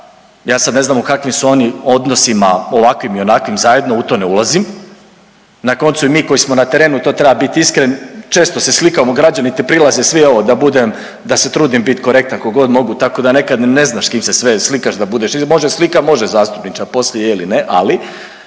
ja sad ne znam u kakvim su oni odnosima ovakvim i onakvim zajedno u to ne ulazim, na koncu i mi koji smo na terenu to treba bit iskren često se slikamo, građani ti prilaze svi evo da budem da se trudim bit korektan kolikogod mogu tako da nekad ne znaš s kim se sve slikaš da budeš, može slika, može zastupničke, a poslije je li ne, ali,